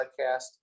podcast